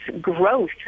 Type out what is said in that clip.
growth